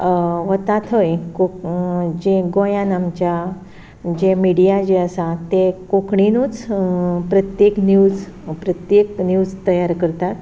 वता थंय कोंकणी जे गोंयांत आमच्या जे मिडिया जे आसा ते कोंकणीणूच प्रत्येक न्यूज प्रत्येक न्यूज तयार करतात